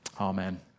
Amen